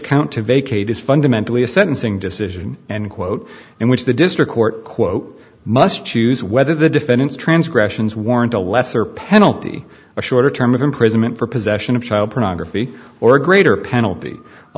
count to vacate is fundamentally a sentencing decision end quote in which the district court quote must choose whether the defendant's transgressions warrant a lesser penalty or shorter term of imprisonment for possession of child pornography or greater penalty a